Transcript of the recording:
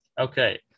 Okay